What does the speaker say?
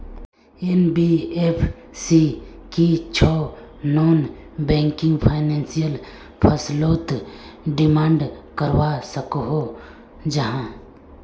NBFC की छौ non banking financial फसलोत डिमांड करवा सकोहो जाहा?